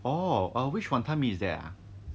orh which wanton mee is that uh